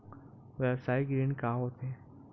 व्यवसायिक ऋण का होथे?